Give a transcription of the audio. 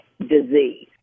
disease